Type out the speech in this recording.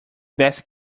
best